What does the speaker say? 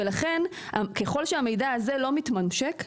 ולכן ככל שהמידע הזה לא מתממשק,